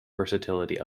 versatility